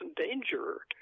danger